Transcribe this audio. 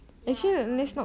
ya ya